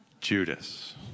Judas